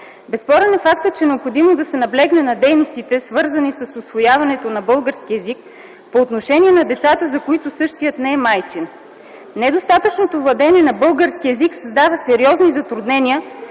Безспорен е фактът, че е необходимо да се наблегне на дейностите, свързани с усвояването на български език по отношение на децата, за които същият не е майчин. Недостатъчното владеене на български език създава сериозни затруднения